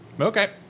okay